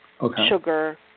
sugar